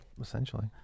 Essentially